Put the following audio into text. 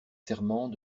serment